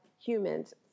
humans